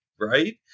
right